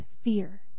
fear